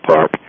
Park